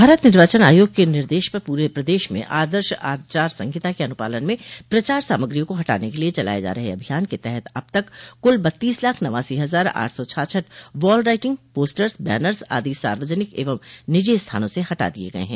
भारत निर्वाचन आयोग के निर्देश पर पूरे प्रदेश में आदर्श आचार संहिता के अनुपालन में प्रचार सामग्रियों को हटाने के लिये चलाये जा रह अभियान के तहत अब तक कूल बत्तीस लाख नवासी हजार आठ सौ छाछठ वॉल राइअिंग पोस्टर्स बैनर्स आदि सार्वजनिक एवं निजी स्थानों से हटा दिये गये है